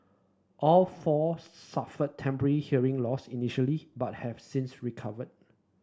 all four suffered temporary hearing loss initially but have since recovered